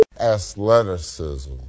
Athleticism